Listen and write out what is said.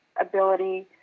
ability